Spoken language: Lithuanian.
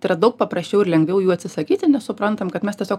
tai yra daug paprasčiau ir lengviau jų atsisakyti nes suprantam kad mes tiesiog